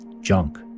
junk